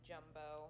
Jumbo